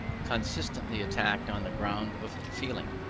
constantly attacked on the ground of feeling.